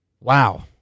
Wow